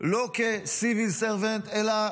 לא כ-civil servant אלא